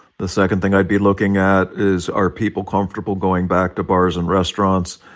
the second thing i'd be looking at is, are people comfortable going back to bars and restaurants?